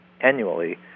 annually